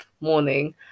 morning